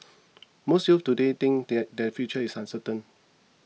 most youths today think that their future is uncertain